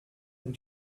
and